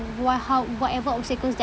what how whatever obstacles that